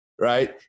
right